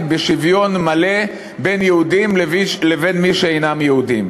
בשוויון מלא בין יהודים לבין מי שאינם יהודים,